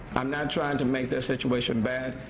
i'm not trying to make the situation bad.